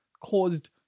caused